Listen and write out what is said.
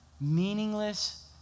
meaningless